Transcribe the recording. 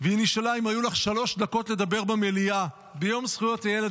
והיא נשאלה: אם היו לך שלוש דקות לדבר במליאה ביום זכויות הילד,